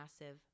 massive